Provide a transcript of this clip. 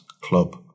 club